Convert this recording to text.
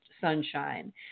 sunshine